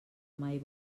mai